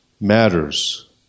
matters